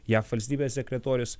jav valstybės sekretorius